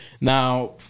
now